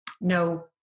no